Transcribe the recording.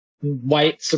White